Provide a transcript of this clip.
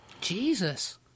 Jesus